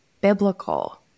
biblical